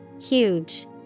Huge